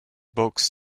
box